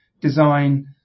design